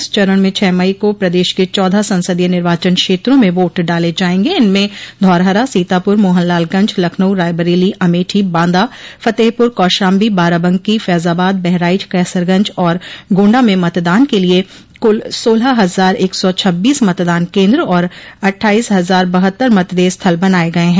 इस चरण में छह मई को प्रदेश के चौदह संसदीय निर्वाचन क्षेत्रों में वोट डाले जायेंगे इनमें धौरहरा सीतापुर मोहनलालगंज लखनऊ रायबरेली अमेठी बांदा फ़तेहपुर कौशाम्बी बाराबंकी फ़ैज़ाबाद बहराइच क़ैसरगंज और गोण्डा में मतदान के लिये कुल सोलह हजार एक सौ छब्बीस मतदान केन्द्र और अट्ठाईस हजार बहत्तर मतदेय स्थल बनाये गये हैं